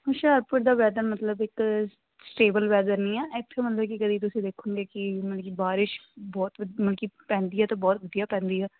ਹੁਸ਼ਿਆਰਪੁਰ ਦਾ ਵੈਦਰ ਮਤਲਬ ਇੱਕ ਸਟੇਬਲ ਵੈਦਰ ਨਹੀਂ ਆ ਇੱਥੇ ਮਤਲਬ ਕਿ ਕਦੀ ਤੁਸੀਂ ਦੇਖੋਗੇ ਕਿ ਮਤਲਬ ਕਿ ਬਾਰਿਸ਼ ਬਹੁਤ ਵਧ ਮਲ ਕਿ ਪੈਂਦੀ ਹੈ ਤਾਂ ਬਹੁਤ ਵਧੀਆ ਪੈਂਦੀ ਆ